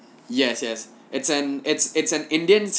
yes yes it's an it's it's an indian